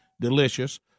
delicious